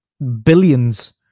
Billions